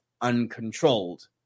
uncontrolled